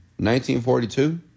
1942